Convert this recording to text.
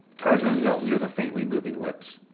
tarzan knelt near the faintly moving lips.